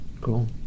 Cool